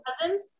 Cousins